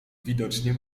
widocznie